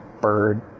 bird